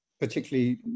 particularly